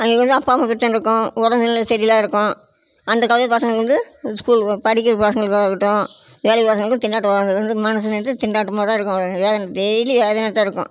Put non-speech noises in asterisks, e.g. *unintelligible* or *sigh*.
இங்கே வந்து அப்பா அம்மாவுக்கு பிரச்சனை இருக்கும் உடல்நிலை சரி இல்லாம இருக்கும் அந்தக் கவலையில் பசங்களுக்கு வந்து ஸ்கூல் போக படிக்கிற பசங்களுக்காகட்டும் வேலைக்கு போகிற பசங்களுக்கு திண்டாட்டம் *unintelligible* மனசு *unintelligible* திண்டாட்டமாக தான் இருக்கும் ஏன் டெய்லி வேதனையாக தான் இருக்கும்